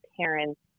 parents